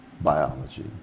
biology